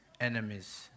enemies